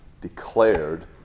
declared